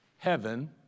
Heaven